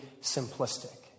simplistic